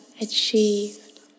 achieved